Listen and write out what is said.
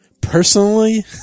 Personally